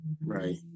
Right